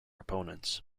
opponents